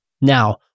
Now